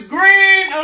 Green